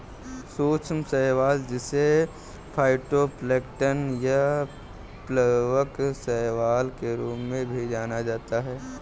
सूक्ष्म शैवाल जिसे फाइटोप्लैंक्टन या प्लवक शैवाल के रूप में भी जाना जाता है